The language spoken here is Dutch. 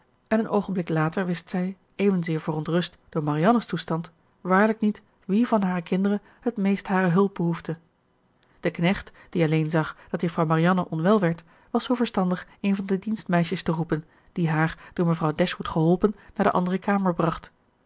en een oogenblik later wist zij evenzeer verontrust door marianne's toestand waarlijk niet wie van hare kinderen het meest hare hulp behoefde de knecht die alleen zag dat juffrouw marianne onwel werd was zoo verstandig een van de dienstmeisjes te roepen die haar door mevrouw dashwood geholpen naar de andere kamer bracht